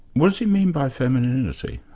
what does he mean by femininity?